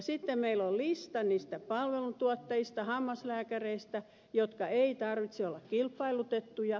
sitten meillä on lista niistä palveluntuottajista hammaslääkäreistä joiden ei tarvitse olla kilpailutettuja